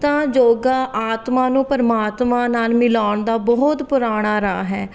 ਤਾਂ ਯੋਗਾ ਆਤਮਾ ਨੂੰ ਪਰਮਾਤਮਾ ਨਾਲ਼ ਮਿਲਾਉਣ ਦਾ ਬਹੁਤ ਪੁਰਾਣਾ ਰਾਹ ਹੈ